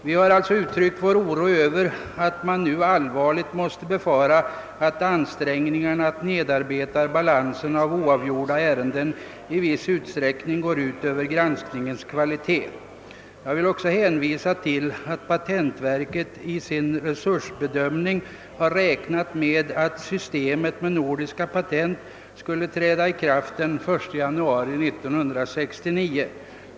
Vi har alltså uttryckt vår oro över att man nu allvarligt måste befara att ansträngningarna att nedarbeta balansen av oavgjorda ärenden i viss utsträckning går ut över granskningens kvalitet. Jag vill också hänvisa till att patentverket vid sin resursbedömning räknat med att systemet med nordiska patent skulle träda i kraft den 1 januari 1969.